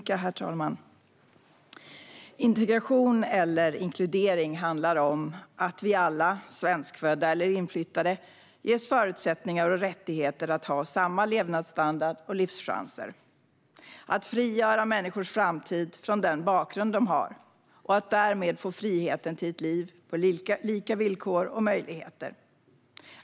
Herr talman! Integration, eller inkludering, handlar om att vi alla svenskfödda eller inflyttade ges förutsättningar och rättigheter att ha samma levnadsstandard och livschanser. Det handlar om att frigöra människors framtid från den bakgrund de har så att de därmed får friheten till ett liv på lika villkor och möjligheter.